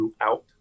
throughout